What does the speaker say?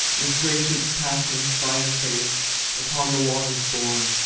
the stray ships passing spied a face upon the waters borne,